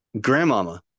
grandmama